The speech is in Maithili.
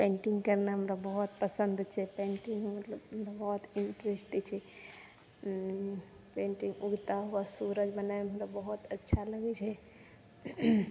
पेन्टिंग करनाइ हमरा बहुत पसन्द छै पेन्टिंगमे मतलब बहुत इन्ट्रेस्टिन्ग छै पेन्टिंगमे उगता हुआ सूरज बनाबैमे हमरा बहुत अच्छा लगै छै